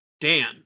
Dan